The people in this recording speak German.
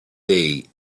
day